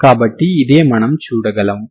కాబట్టి ఇదే మనము చూడగలము